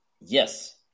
Yes